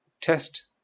test